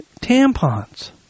tampons